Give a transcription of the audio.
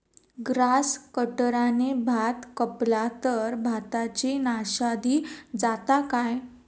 Grass कटराने भात कपला तर भाताची नाशादी जाता काय?